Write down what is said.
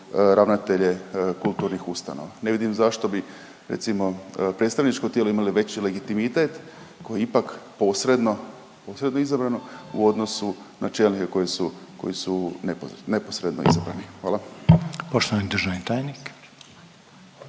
ravnatelje kulturnih ustanova. Ne vidim zašto bi recimo predstavničko tijelo imalo veći legitimitet koje je ipak posredno, posredno izabrano u odnosu na čelnike koji su, koji su neposredno izabrani. Hvala. **Reiner, Željko